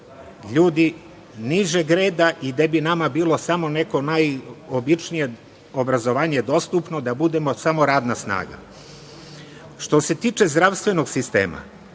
ljudi nižeg reda i gde bi nama bilo samo neko najobičnije obrazovanje dostupno, da budemo samo radna snaga. Što se tiče zdravstvenog sistema,